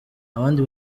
abandi